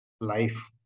life